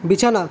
বিছানা